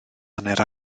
hanner